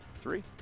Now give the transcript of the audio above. three